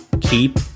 keep